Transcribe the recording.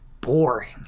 boring